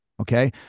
Okay